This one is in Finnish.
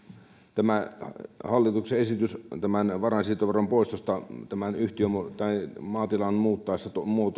tämä hallituksen esitys varainsiirtoveron poistosta maatilan muuttaessa